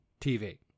tv